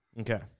Okay